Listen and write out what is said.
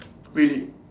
really